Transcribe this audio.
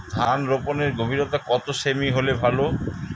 ধান রোপনের গভীরতা কত সেমি হলে ভালো?